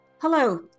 Hello